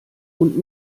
und